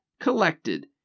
collected